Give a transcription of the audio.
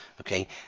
Okay